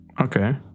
Okay